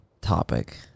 topic